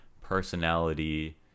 personality